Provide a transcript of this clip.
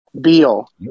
Beal